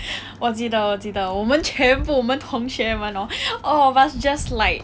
我记得我记得我们全部我们同学们 hor all of us just like